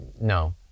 no